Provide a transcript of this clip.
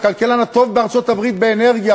הכלכלן הטוב בארצות-הברית באנרגיה,